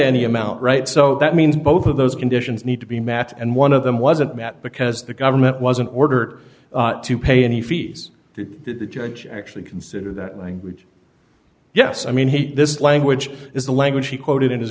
any amount right so that means both of those conditions need to be met and one of them wasn't met because the government wasn't ordered to pay any fees to the judge actually consider that language yes i mean he this language is the language he quoted in his